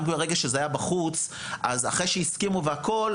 גם ברגע שזה היה בחוץ אז אחרי שהסכימו והכול,